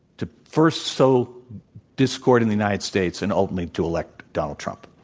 to first sow discord in the united states and ultimately to elect donald trump.